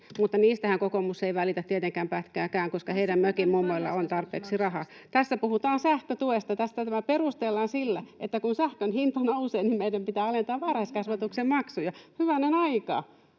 mutta niistähän kokoomus ei välitä tietenkään pätkääkään, koska heidän mökinmummoilla on tarpeeksi rahaa. [Sanni Grahn-Laasonen: Tässä puhutaan varhaiskasvatusmaksuista!] — Tässä puhutaan sähkötuesta. Tätä perustellaan sillä, että kun sähkön hinta nousee, niin meidän pitää alentaa varhaiskasvatuksen maksuja. Hyvänen aika,